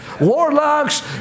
warlocks